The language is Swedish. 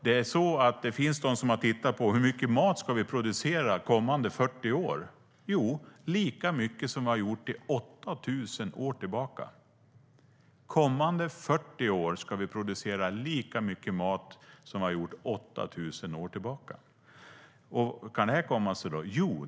Det finns de som har tittat på hur mycket mat som vi ska producera under kommande 40 år, och vi ska producera lika mycket som vi har producerat under 8 000 år tillbaka. Hur kan det komma sig?